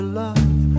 love